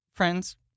Friends